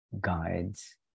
guides